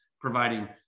providing